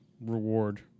reward